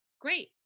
great